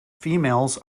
females